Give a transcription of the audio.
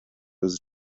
his